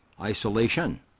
Isolation